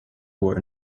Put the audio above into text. were